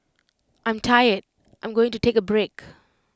I'm tired I'm going to take A break